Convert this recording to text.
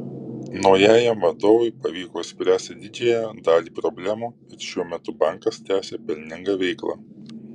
naujajam vadovui pavyko išspręsti didžiąją dalį problemų ir šiuo metu bankas tęsią pelningą veiklą